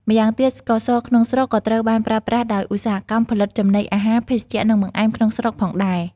ម្យ៉ាងទៀតស្ករសក្នុងស្រុកក៏ត្រូវបានប្រើប្រាស់ដោយ ឧស្សាហកម្មផលិតចំណីអាហារ ភេសជ្ជៈ និងបង្អែម ក្នុងស្រុកផងដែរ។